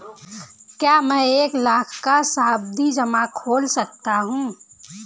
क्या मैं एक लाख का सावधि जमा खोल सकता हूँ?